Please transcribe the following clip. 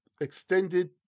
extended